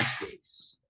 base